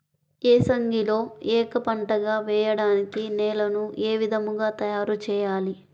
ఏసంగిలో ఏక పంటగ వెయడానికి నేలను ఏ విధముగా తయారుచేయాలి?